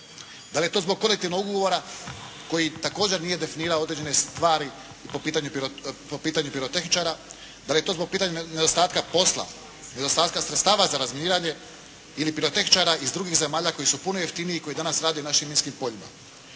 Da li je to zbog kolektivnog ugovora koji također nije definirao određene stvari i po pitanju pirotehničara? Da li je to zbog pitanja nedostatka posla, nedostatka sredstava za razminiranje ili pirotehničara iz drugih zemalja koji su puno jeftiniji, koji danas rade na našim minskim poljima?